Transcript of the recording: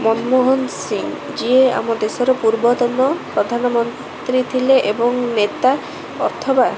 ମନମୋହନ ସିଂ ଯିଏ ଆମ ଦେଶର ପୂର୍ବତନ ପ୍ରଧାନମନ୍ତ୍ରୀ ଥିଲେ ଏବଂ ନେତା ଅଥବା